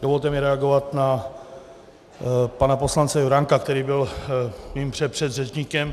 Dovolte mi reagovat na pana poslance Juránka, který byl mým předpředřečníkem.